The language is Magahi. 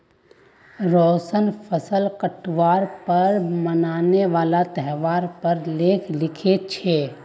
रोशन फसल काटवार पर मनाने वाला त्योहार पर लेख लिखे छे